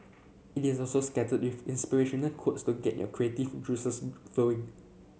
it is also scattered with inspirational quotes to get your creative juices flowing